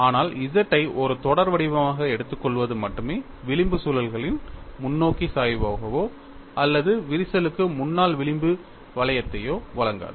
ஆனால் Z ஐ ஒரு தொடர் வடிவமாக எடுத்துக்கொள்வது மட்டுமே விளிம்பு சுழல்களின் முன்னோக்கி சாய்வையோ அல்லது விரிசலுக்கு முன்னால் விளிம்பு வளையத்தையோ வழங்காது